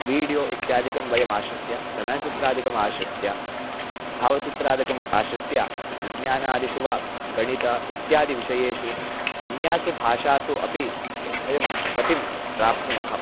video इत्यादिकं वयम् आश्रित्य चलनचित्रादिकम् आश्रित्य भावचित्रादिकम् आश्रित्य विज्ञानादिषु वा गणित इत्यादिविषयेषु अन्यासु भाषासु अपि वयं गतिं प्राप्नुमः